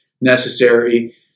necessary